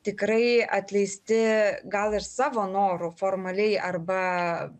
tikrai atleisti gal ir savo noru formaliai arba